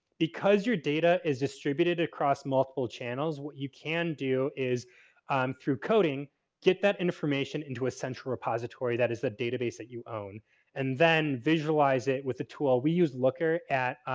because your data is distributed across multiple channels what you can do is through coding get that information into a central repository that is the database that you own and then visualize it with the tool. we use looker at.